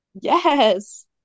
Yes